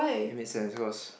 it make sense cause